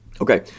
Okay